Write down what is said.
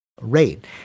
rate